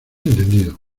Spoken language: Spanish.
entendido